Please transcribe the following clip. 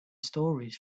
stories